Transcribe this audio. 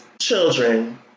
children